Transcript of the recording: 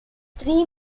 three